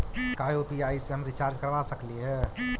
का यु.पी.आई से हम रिचार्ज करवा सकली हे?